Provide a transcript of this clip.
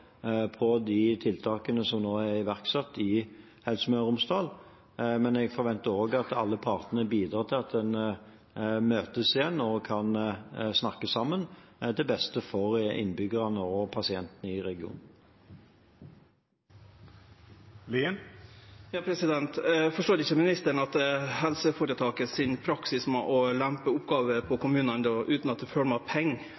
på de tiltakene som nå er iverksatt i Helse Møre og Romsdal, men jeg forventer også at alle parter bidrar til at man møtes igjen og kan snakke sammen – til beste for innbyggerne og pasientene i regionen. Forstår ikkje ministeren at helseføretaka sin praksis med å lempe oppgåver på